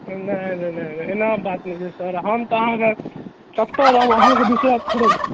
नहि नहि नहि एना बात नहि छै सर हम तऽ अहाँके कतहुँ रहब अहाँके बिसरब थोड़ू